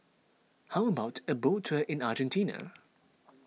how about a boat tour in Argentina